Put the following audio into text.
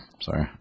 sorry